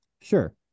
Sure